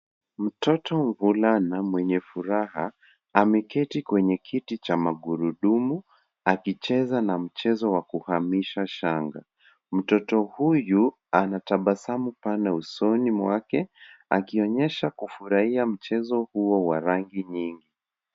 Mtoto msichana mwenye furaha ameketi kwenye kiti cha magurudumu akicheza na mchezo wa kuhamisha shanga. Mtoto huyu ana tabasamu pana usoni mwake akionyesha kufarahia mchezo huo wa rangi nyingi.